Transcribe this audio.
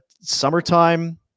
summertime